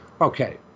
Okay